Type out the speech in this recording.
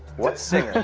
what singer?